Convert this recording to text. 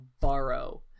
borrow